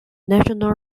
national